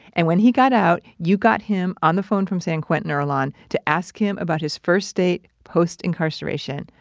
and when he got out, you got him on the phone from san quentin, earlonne, to ask him about his first date postincarceration.